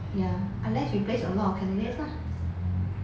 ya unless you place a lot of candidates lah